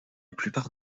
plupart